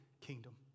kingdom